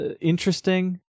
interesting